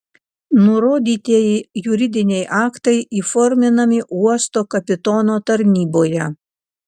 nurodytieji juridiniai aktai įforminami uosto kapitono tarnyboje